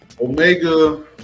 Omega